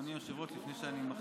אדוני היושב-ראש, לפני שאני מתחיל,